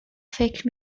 فکر